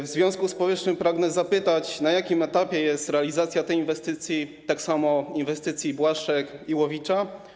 W związku z powyższym pragnę zapytać, na jakim etapie jest realizacja tej inwestycji, tak samo inwestycji dotyczącej Błaszek i Łowicza.